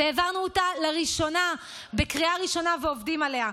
העברנו אותה לראשונה בקריאה ראשונה ועובדים עליה.